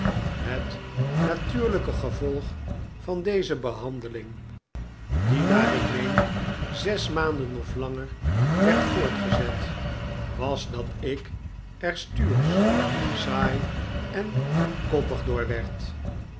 het natuurlijke gevolg van deze behandeling die naar ik meeti zes maanden of langer werd voortgezet was dat ik er stuursch saai en koppig